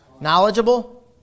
knowledgeable